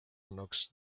olnuks